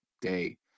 day